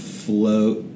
float